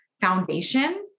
foundation